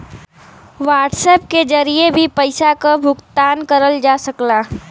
WhatsApp के जरिए भी पइसा क भुगतान करल जा सकला